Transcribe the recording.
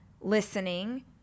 listening